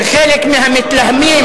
וחלק מהמתלהמים,